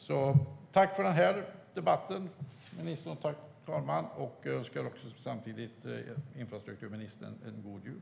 Jag tackar för debatten, ministern och fru talman, och jag önskar infrastrukturministern en god jul.